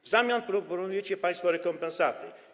W zamian proponujecie państwo rekompensaty.